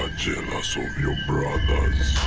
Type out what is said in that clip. ah jealous of your brothers.